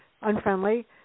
unfriendly